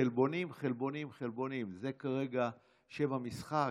חלבונים, חלבונים, חלבונים, זה כרגע שם המשחק.